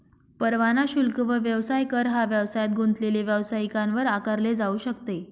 परवाना शुल्क व व्यवसाय कर हा व्यवसायात गुंतलेले व्यावसायिकांवर आकारले जाऊ शकते